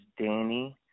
Danny